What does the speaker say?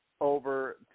over